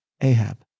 Ahab